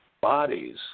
bodies